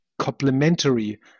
complementary